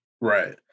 Right